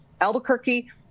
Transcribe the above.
Albuquerque